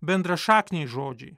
bendrašakniai žodžiai